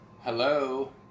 Hello